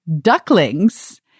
ducklings